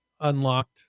unlocked